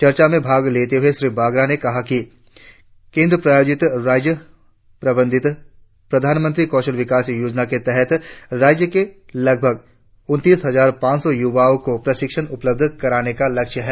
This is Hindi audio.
चर्चा में भाग लेते हुए श्री बागरा ने कहा केंद्र प्रायोजित राज्य प्रबंधित प्रधानमंत्री कौशल विकास योजना के तहत राज्य के लगभग उनतीस हजार पांच सौ युवाओं को प्रशिक्षण उपलब्ध कराने का लक्ष्य है